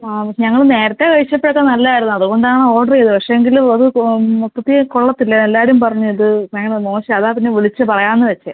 ആ ഞങ്ങൾ നേരത്തെ കഴിച്ചപ്പോഴൊക്കെ നല്ലത് ആയിരുന്നു അതുകൊണ്ട് ആണ് ഓർഡറ് ചെയ്തത് പക്ഷേ എങ്കിൽ അത് മൊത്തത്തിൽ കൊള്ളത്തില്ല എല്ലാവരും പറഞ്ഞു അത് ഭയങ്കര മോശാണ് അതാണ് പിന്നെ വിളിച്ച് പറയാണെന്ന് വച്ചത്